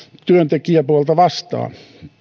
työntekijäpuolta vastaan